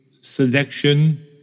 selection